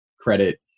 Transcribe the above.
credit